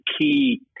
key